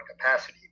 capacity